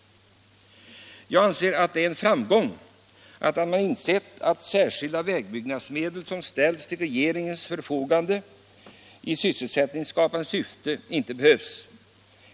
Jag anser att det är en framgång att man insett att särskilda vägbyggnadsmedel som ställts till regeringens förfogande i sysselsättningsskapande syfte inte behövs.